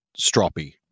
stroppy